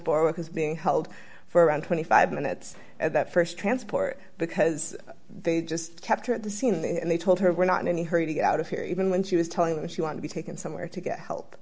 being held for around twenty five minutes at the st transport because they just kept her at the scene and they told her we're not in any hurry to get out of here even when she was telling them she want to be taken somewhere to get help